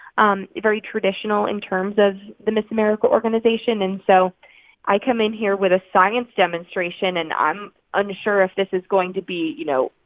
um very traditional in terms of the miss america organization. and so i come in here with a science demonstration, and i'm unsure if this is going to be, you know,